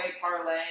parlay